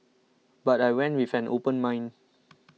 but I went with an open mind